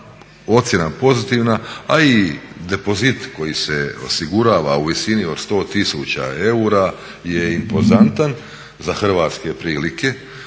ocjena pozitivna, a i depozit koji se osigurava u visini od 100 tisuća eura je impozantan za hrvatske prilike